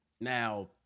Now